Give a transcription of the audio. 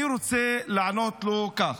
אני רוצה לענות לו כך: